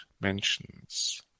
mentions